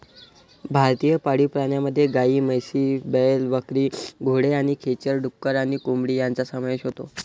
भारतीय पाळीव प्राण्यांमध्ये गायी, म्हशी, बैल, बकरी, घोडे आणि खेचर, डुक्कर आणि कोंबडी यांचा समावेश होतो